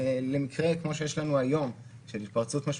עוד בזמנו, כשהייתה ההתפרצות של